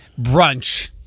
Brunch